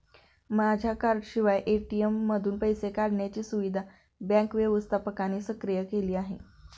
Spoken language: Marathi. माझ्या कार्डाशिवाय ए.टी.एम मधून पैसे काढण्याची सुविधा बँक व्यवस्थापकाने सक्रिय केली आहे